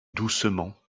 doucement